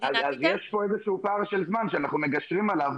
אז יש פה איזה שהוא פער של זמן שאנחנו מגשרים עליו,